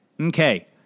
Okay